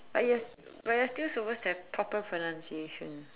but you are you are still supposed to have proper pronunciations